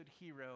hero